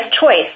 choice